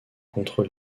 contre